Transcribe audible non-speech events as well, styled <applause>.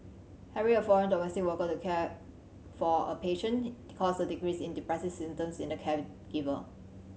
having a foreign domestic worker to care for a patient <unintelligible> caused a decrease in depressive symptoms in the caregiver